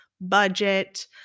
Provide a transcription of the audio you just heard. budget